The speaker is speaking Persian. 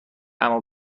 اما